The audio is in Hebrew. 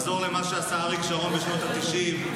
לחזור למה שעשה אריק שרון בשנות התשעים,